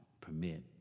permit